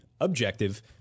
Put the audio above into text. objective